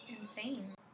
insane